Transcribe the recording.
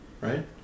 right